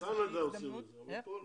בקנדה עושים את זה, אבל פה לא.